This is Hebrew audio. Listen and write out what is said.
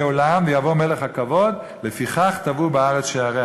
עולם ויבוא מלך הכבוד"; לפיכך טבעו בארץ שעריה.